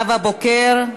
נאוה בוקר.